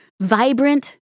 vibrant